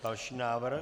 Další návrh.